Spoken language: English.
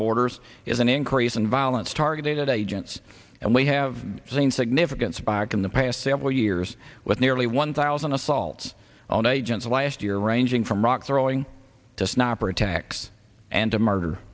borders is an increase in violence targeted agents and we have seen significant spike in the past several years with nearly one thousand assaults on agents last year ranging from rock throwing to sniper attacks and to murder